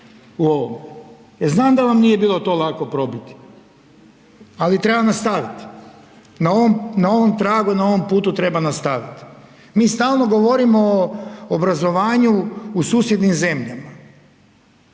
u ovom jel znam da vam to nije bilo lako probiti, ali treba nastaviti na ovom tragu, na ovom putu treba nastaviti. Mi stalno govorimo o obrazovanju u susjednim zemljama,